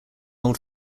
old